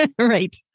Right